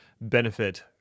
benefit